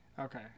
Okay